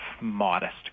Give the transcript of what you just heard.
modest